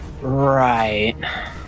right